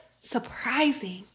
surprising